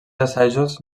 assajos